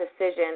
decision